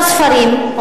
או